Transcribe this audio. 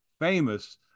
famous